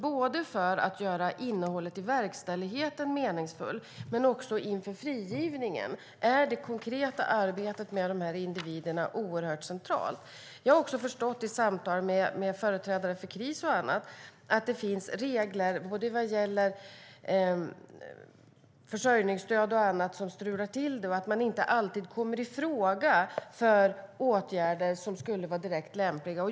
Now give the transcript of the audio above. Både för att göra innehållet i verkställigheten meningsfullt och inför frigivningen är det konkreta arbetet med dessa individer centralt. I samtal med företrädare för Kris och annat har jag förstått att det finns regler om försörjningsstöd och annat som strular till det och att man inte alltid kommer i fråga för åtgärder som skulle vara direkt lämpliga.